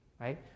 right